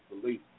belief